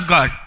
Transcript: God